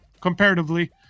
comparatively